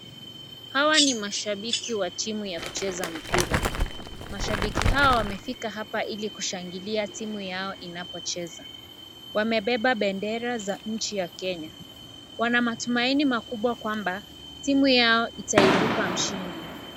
Hawa ni mashabiki wa timu ya kucheza mpira. Mashabiki hawa wamefika hapa ili kushangilia timu yao inapocheza. Wamebeba bendera za nchi ya Kenya. Wanamatumaini makubwa kwamba timu yao itaibuka mshindi.